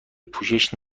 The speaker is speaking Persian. پوشش